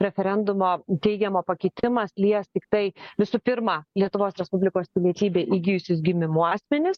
referendumo teigiamo pakitimas lies tiktai visų pirma lietuvos respublikos pilietybę įgijusius gimimu asmenis